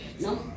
no